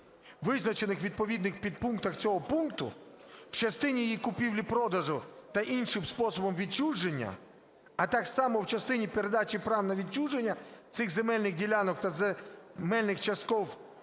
визначених у відповідних підпунктах цього пункту, в частині її купівлі-продажу та іншим способом відчуження, а так само в частині передачі прав на відчуження цих земельних ділянок та земельних часток